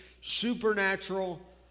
supernatural